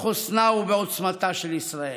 בחוסנה ובעוצמתה של ישראל.